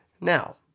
Now